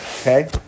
okay